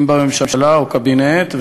אם בממשלה או בקבינט,